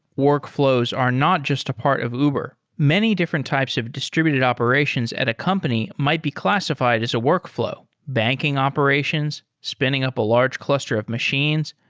workflows are not just a part of uber. many different types of distributed operations at a company might be classified as a workflow. banking operations, spinning up a large cluster of machines,